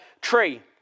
tree